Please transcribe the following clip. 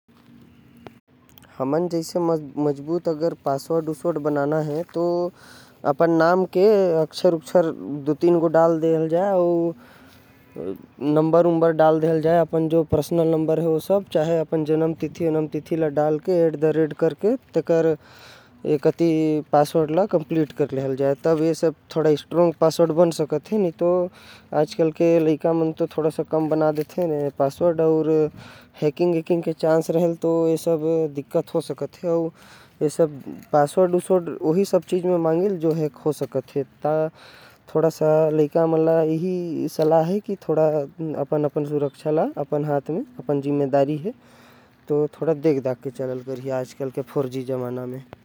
मजबूत पासवर्ड बनाये खातिर तोके दिमाग लगा के पासवर्ड बनाना पढ़ी। एकर बर तै अपन नाम के दु तीन अक्षर डाल। ओकर बाद नंबर डाल फिर ओकर बाद अपन जन्मतिथि ल डाल ओकर। बाद एट द रेट लगा के कुछ कुछ लिख के अपन पासवर्ड ला खत्म कर। ओकर बाद तोर पासवर्ड मजबूत बनहि।